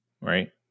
right